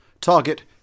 Target